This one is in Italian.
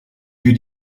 più